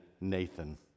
Nathan